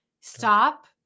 stop